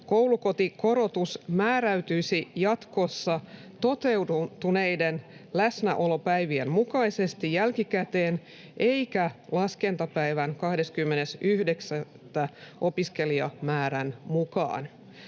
koulukotikorotus määräytyisi jatkossa toteutuneiden läsnäolopäivien mukaisesti jälkikäteen eikä laskentapäivän 20.9. opiskelijamäärän mukaan.